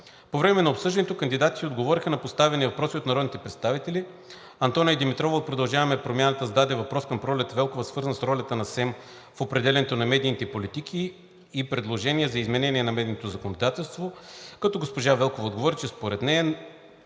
По време на обсъждането кандидатите отговориха на поставени въпроси от народните представители. Антония Димитрова от „Продължаваме промяната“ зададе въпрос към Пролет Велкова, свързан с ролята на СЕМ в определянето на медийните политики и предложения за изменения на медийното законодателство, като госпожа Велкова отговори, че според нея